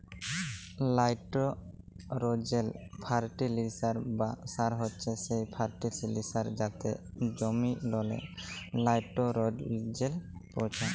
লাইটোরোজেল ফার্টিলিসার বা সার হছে সেই ফার্টিলিসার যাতে জমিললে লাইটোরোজেল পৌঁছায়